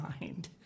mind